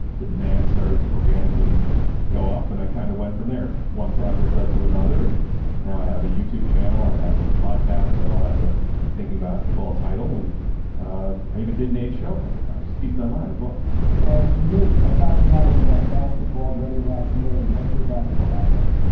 the demands started to organically go up and i kind of went from there. one project led to another. and now i have a youtube channel. i have a podcast. they all have the thinking basketball title. and ah i even did a couple of times. he's done mine as well and nate, aside from having that basketball ready, last name, what's your basketball background?